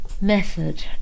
Method